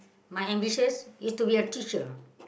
my ambitions you have to be a teacher